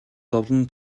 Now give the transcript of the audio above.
зовлон